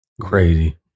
Crazy